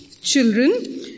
children